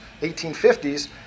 1850s